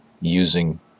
using